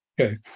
Okay